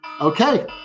okay